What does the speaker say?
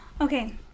Okay